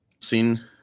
seen